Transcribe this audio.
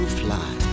fly